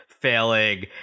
failing